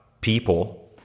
people